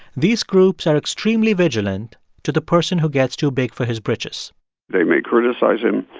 these groups are extremely vigilant to the person who gets too big for his britches they may criticize him.